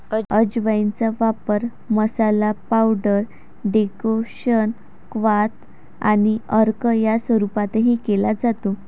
अजवाइनचा वापर masala, powder, decoction, क्वाथ आणि अर्क या स्वरूपातही केला जातो